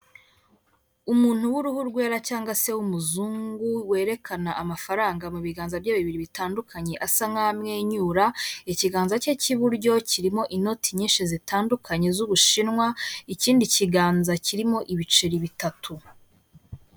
Umuntu w'uruhu rwera cyangwa se w'umuzungu werekana amafaranga mu biganza bye bibiri bitandukanye, asa nk'aho amwenyura, ikiganza cye cy'iburyo kirimo inoti nyinshi zitandukanye z'Ubushinwa ikindi kiganza kirimo ibiceri bitatu.